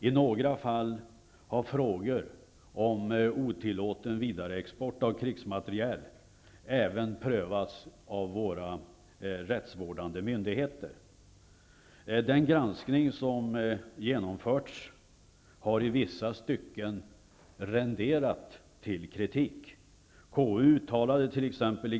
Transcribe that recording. I några fall har frågor om otillåten vidareexport av krigsmateriel även prövats av våra rättsvårdande myndigheter. Den granskning som genomförts har i vissa stycken renderat kritik.